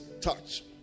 touch